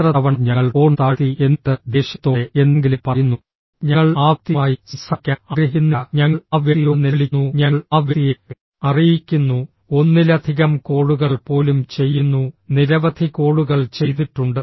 എത്ര തവണ ഞങ്ങൾ ഫോൺ താഴ്ത്തി എന്നിട്ട് ദേഷ്യത്തോടെ എന്തെങ്കിലും പറയുന്നു ഞങ്ങൾ ആ വ്യക്തിയുമായി സംസാരിക്കാൻ ആഗ്രഹിക്കുന്നില്ല ഞങ്ങൾ ആ വ്യക്തിയോട് നിലവിളിക്കുന്നു ഞങ്ങൾ ആ വ്യക്തിയെ അറിയിക്കുന്നു ഒന്നിലധികം കോളുകൾ പോലും ചെയ്യുന്നു നിരവധി കോളുകൾ ചെയ്തിട്ടുണ്ട്